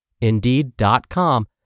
Indeed.com